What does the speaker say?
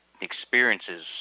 experiences